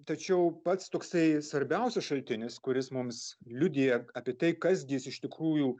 tačiau pats toksai svarbiausias šaltinis kuris mums liudija apie tai kas gi jis iš tikrųjų